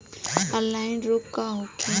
Offline रोग का होखे?